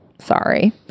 Sorry